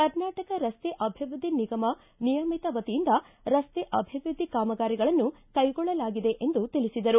ಕರ್ನಾಟಕ ರಸ್ತೆ ಅಭಿವೃದ್ದಿ ನಿಗಮ ನಿಯಮಿತ ವತಿಯಿಂದ ರಸ್ತೆ ಅಭಿವೃದ್ದಿ ಕಾಮಗಾರಿಗಳನ್ನು ಕೈಗೊಳ್ಳಲಾಗಿದೆ ಎಂದು ತಿಳಿಸಿದರು